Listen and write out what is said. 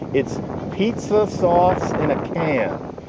it's pizza sauce in a can,